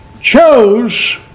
chose